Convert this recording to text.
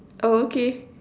um okay